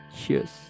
cheers